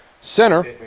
center